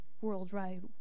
worldwide